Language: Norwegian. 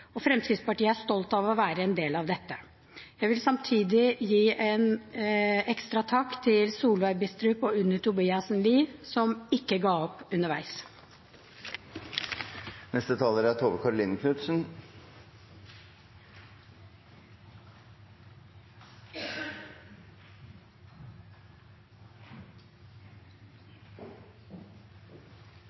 og Fremskrittspartiet er stolt av å være en del av dette. Jeg vil samtidig gi en ekstra takk til Solveig Bistrup og Unni Tobiassen Lie, som ikke ga opp underveis.